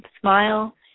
smile